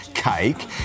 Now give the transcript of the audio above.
cake